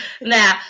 Now